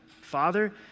Father